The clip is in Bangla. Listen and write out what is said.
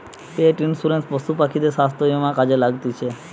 পেট ইন্সুরেন্স পশু পাখিদের স্বাস্থ্য বীমা কাজে লাগতিছে